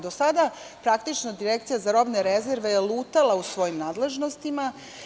Do sada praktično Direkcija za robne rezerve je lutala u svojim nadležnostima.